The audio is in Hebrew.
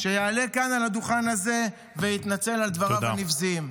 שיעלה כאן על הדוכן הזה ויתנצל על דבריו הנבזיים.